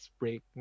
break